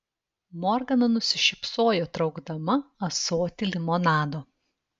morgana nusišypsojo traukdama ąsotį limonado